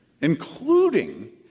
Including